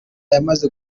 yamaze